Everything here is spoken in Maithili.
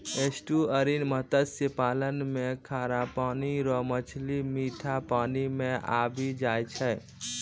एस्टुअरिन मत्स्य पालन मे खारा पानी रो मछली मीठा पानी मे आबी जाय छै